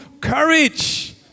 courage